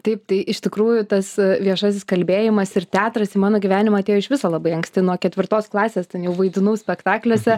taip tai iš tikrųjų tas viešasis kalbėjimas ir teatras į mano gyvenimą atėjo iš viso labai anksti nuo ketvirtos klasės ten jau vaidinau spektakliuose